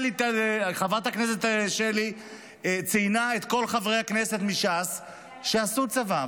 חברת הכנסת שלי ציינה עכשיו את כל חברי הכנסת מש"ס שעשו צבא,